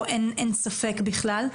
פה אין ספק בכלל.